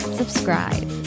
subscribe